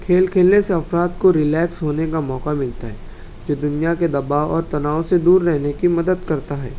کھیل کھیلنے سے افراد کو ریلیکس ہونے کا موقع ملتا ہے جو دنیا کے دباؤ اور تناؤ سے دور رہنے کی مدد کرتا ہے